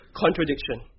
contradiction